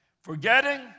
Forgetting